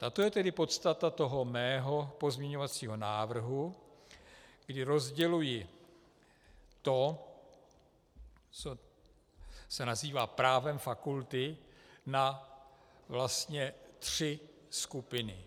A to je tedy podstata toho mého pozměňovacího návrhu, kdy rozděluji to, co se nazývá právem fakulty, na tři skupiny.